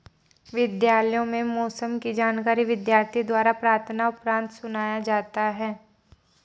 विद्यालयों में मौसम की जानकारी विद्यार्थियों द्वारा प्रार्थना उपरांत सुनाया जाता है